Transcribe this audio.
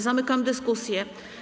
Zamykam dyskusję.